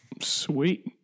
Sweet